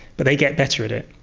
but they get better at it.